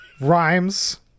rhymes